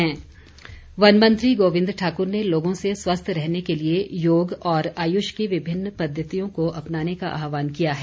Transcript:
गोविंद वनमंत्री गोविंद ठाकुर ने लोगों से स्वस्थ रहने के लिए योग और आयुष की विभिन्न पद्धतियों को अपनाने का आहवान किया है